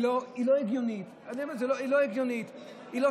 היא לא הגיונית, היא לא סבירה.